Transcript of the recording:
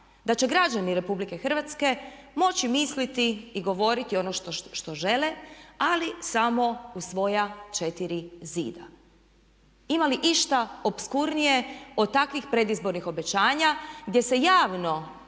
da će građani RH moći misliti i govoriti ono što žele ali samo u svoja četiri zida. Ima li išta opskurnije od takvih predizbornih obećanja gdje se javno